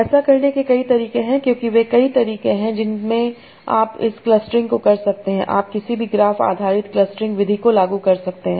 ऐसा करने के कई तरीके हैं क्योंकि वे कई तरीके हैं जिनसे आप इस क्लस्टरिंग को कर सकते हैं आप किसी भी ग्राफ आधारित क्लस्टरिंग विधि को लागू कर सकते हैं